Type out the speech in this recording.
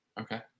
Okay